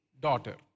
daughter